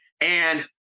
And-